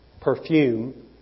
perfume